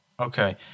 Okay